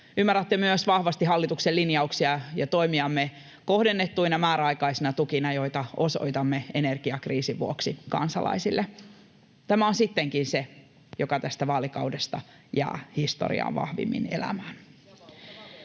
ymmärrätte myös vahvasti hallituksen linjauksia ja toimiamme kohdennettuina määräaikaisina tukina, joita osoitamme energiakriisin vuoksi kansalaisille. Tämä on sittenkin se, joka tästä vaalikaudesta jää historiaan vahvimmin elämään.